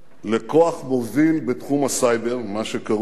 לכוח מוביל בתחום הסייבר, מה שקרוי